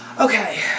Okay